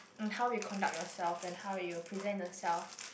mm how we conduct yourself and how you present yourself